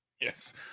Yes